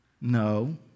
No